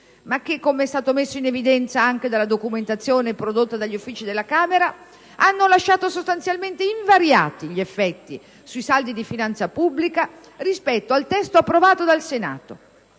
ma che - come è stato messo in evidenza anche dalla documentazione prodotta dagli Uffici della Camera - hanno lasciato sostanzialmente invariati gli effetti sui saldi di finanza pubblica rispetto al testo approvato dal Senato.